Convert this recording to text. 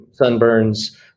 sunburns